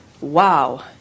wow